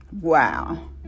Wow